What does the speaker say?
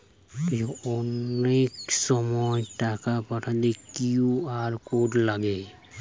অনেক সময় টাকা পাঠাতে কিউ.আর কোড লাগে